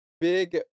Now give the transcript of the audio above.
big